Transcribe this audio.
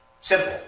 Simple